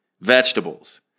vegetables